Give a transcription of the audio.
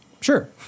Sure